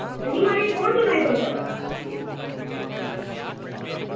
हां जी माराज कु'न बोल्ला दे तुस